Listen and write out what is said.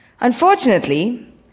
Unfortunately